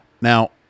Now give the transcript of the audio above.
Now